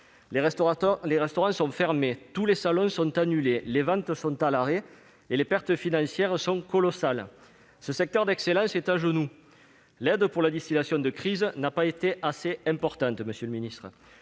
Les restaurants sont fermés, tous les salons sont annulés, les ventes sont à l'arrêt et les pertes financières sont colossales. Ce secteur d'excellence est à genoux. L'aide pour la distillation de crise n'a pas été assez importante, monsieur le ministre.